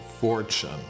fortune